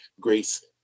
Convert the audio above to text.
grace